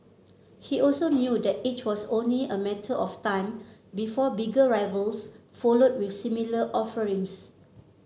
he also knew that it was only a matter of time before bigger rivals followed with similar offerings